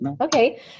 okay